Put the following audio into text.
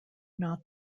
not